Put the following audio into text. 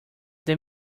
they